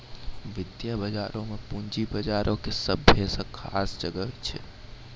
वित्तीय बजारो मे पूंजी बजारो के सभ्भे से खास जगह छै